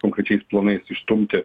konkrečiais planais išstumti